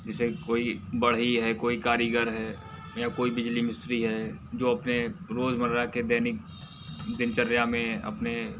जैसे कोई बढ़ई है कोई कारीगर है या कोई बिजली मिस्त्री है जो अपने रोज़मर्रा के दैनिक दिनचर्या में अपने